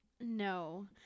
No